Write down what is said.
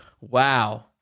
Wow